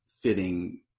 fitting